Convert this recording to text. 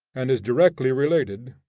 and is directly related,